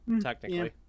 technically